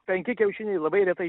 penki kiaušiniai labai retai